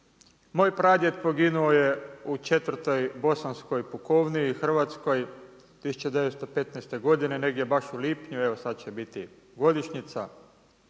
Moj pradjed poginuo je u 4. bosanskoj pukovniji hrvatskoj 1915. godine negdje baš u lipnju, evo sada će biti godišnjica.